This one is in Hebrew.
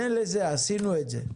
מילא זה, עשינו את זה.